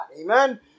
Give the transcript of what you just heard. Amen